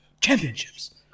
Championships